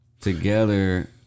together